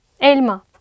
elma